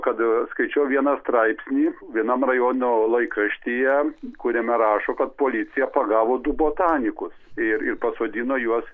kad skaičiau vieną straipsnį vienam rajono laikraštyje kuriame rašo kad policija pagavo du botanikus i ir pasodino juos